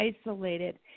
isolated